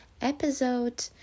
episode